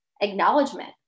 acknowledgement